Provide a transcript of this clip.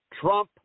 Trump